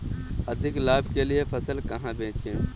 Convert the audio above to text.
अधिक लाभ के लिए फसल कहाँ बेचें?